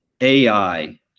AI